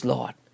Lord